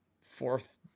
fourth